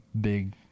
big